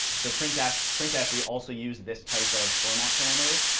so printf, printf we also use this type of format parameter,